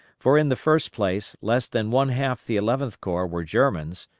for in the first place less than one-half the eleventh corps were germans,